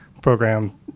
program